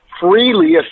freely